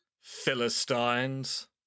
Philistines